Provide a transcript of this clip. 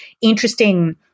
interesting